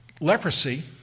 Leprosy